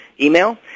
email